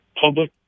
public